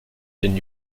den